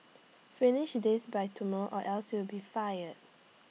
finish this by tomorrow or else you'll be fired